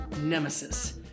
Nemesis